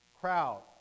Crowd